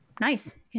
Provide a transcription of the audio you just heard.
Nice